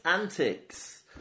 Antics